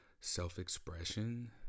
self-expression